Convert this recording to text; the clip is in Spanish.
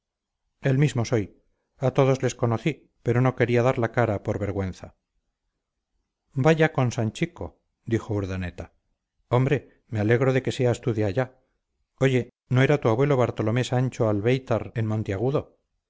el mismo soy a todos les conocí pero no quería dar la cara por vergüenza vaya con sanchico dijo urdaneta hombre me alegro de que seas tú de allá oye no era tu abuelo bartolomé sancho albéitar en monteagudo